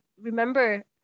remember